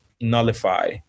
nullify